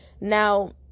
Now